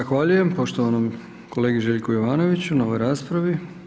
Zahvaljujem poštovanom kolegi Željku Jovanoviću na ovoj raspravi.